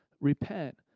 repent